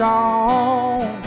on